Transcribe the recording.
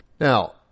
Now